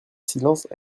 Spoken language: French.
silence